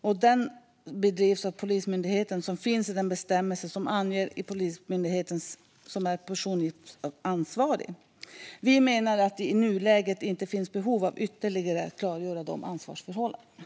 Att den bedrivs av Polismyndigheten står i den bestämmelse som anger att Polismyndigheten är personuppgiftsansvarig. Vi menar att det i nuläget inte finns behov av att ytterligare klargöra ansvarsförhållandena.